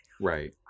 Right